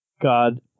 God